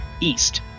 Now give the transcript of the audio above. east